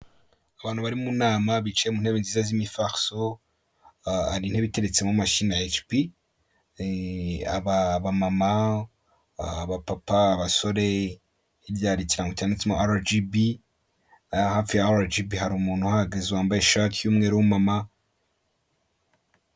Abantu bari mu nama bicaye mu ntebe nziza z'imifariso , hari intebe iteretse mo mashini ya HP , abamama, abapapa, abasore hirya hari ikirango cyanditseho amagambo ya RGB hari umuntu uhagaze wambaye ishati y'umweru w;umumama .